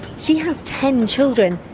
she has ten children.